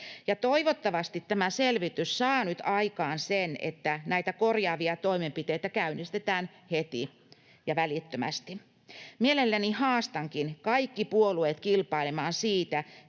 toivottavasti tämä selvitys saa nyt aikaan sen, että näitä korjaavia toimenpiteitä käynnistetään heti ja välittömästi. Mielelläni haastankin kaikki puolueet kilpailemaan siitä,